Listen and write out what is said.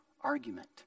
argument